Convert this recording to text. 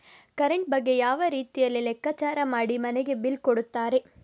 Current ಬಗ್ಗೆ ಯಾವ ರೀತಿಯಲ್ಲಿ ಲೆಕ್ಕಚಾರ ಮಾಡಿ ಮನೆಗೆ ಬಿಲ್ ಕೊಡುತ್ತಾರೆ?